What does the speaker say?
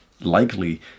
likely